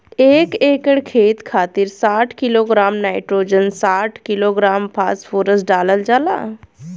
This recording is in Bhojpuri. एक एकड़ खेत खातिर साठ किलोग्राम नाइट्रोजन साठ किलोग्राम फास्फोरस डालल जाला?